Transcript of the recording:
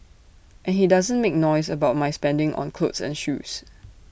and he doesn't make noise about my spending on clothes and shoes